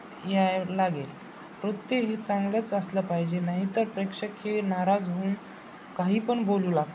यावे लागेल नृत्य ही चांगलंच असलं पाहिजे नाहीतर प्रेक्षक हे नाराज होऊन काही पण बोलू लागतात